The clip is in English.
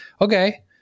okay